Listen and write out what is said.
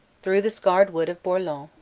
through the scarred wood of bourlon,